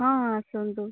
ହଁ ଆସନ୍ତୁ